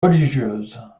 religieuses